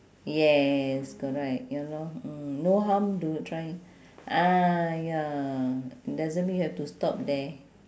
yes correct ya lor mm no harm to try ah ya doesn't mean you have to stop there